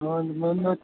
ಮುಂದೆ ಮುಂದೆ